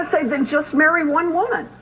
to say, then just marry one woman.